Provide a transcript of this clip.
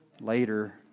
later